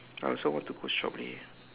I also want to go shop leh